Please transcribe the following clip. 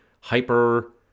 hyper